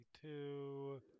two